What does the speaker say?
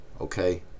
Okay